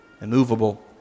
immovable